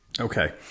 Okay